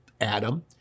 Adam